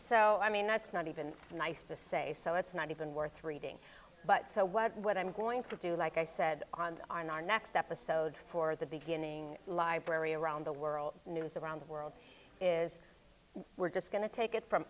so i mean that's not even nice to say so it's not even worth reading but so what what i'm going to do like i said on the on our next episode for the beginning library around the world news around the world is we're just going to take it from